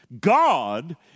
God